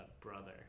brother